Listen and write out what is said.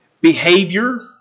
behavior